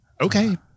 Okay